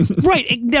Right